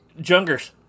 Jungers